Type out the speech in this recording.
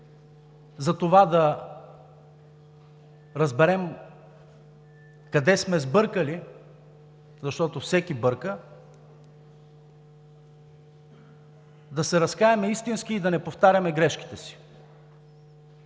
за това да разберем къде сме сбъркали, защото всеки бърка, да се разкаем истински и да не повтаряме грешките си.